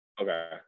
Okay